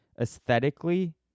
aesthetically